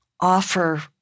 offer